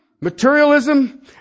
materialism